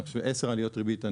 עשר עליות ריבית,